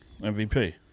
MVP